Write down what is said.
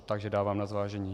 Takže to dávám na zvážení.